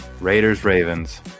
Raiders-Ravens